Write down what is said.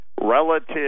relative